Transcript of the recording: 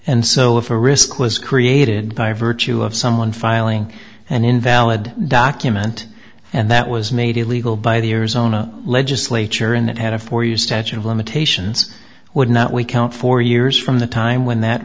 and so if a risk list created by virtue of someone filing an invalid document and that was made illegal by the years on a legislature and that had a four year statute of limitations would not we count four years from the time when that